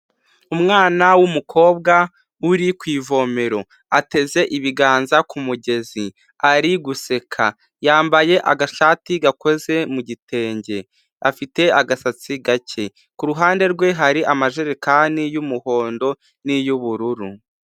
Umwana w'umukobwa uri ku ivomero, ateze ibiganza ku mugezi ari guseka, yambaye agashati gakoze mu gitenge, afite agasatsi gacye, kuruhande rwe hari amajerekani y'umuhondo niy'ubururu.